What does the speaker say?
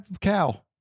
cow